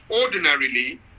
ordinarily